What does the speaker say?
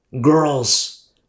girls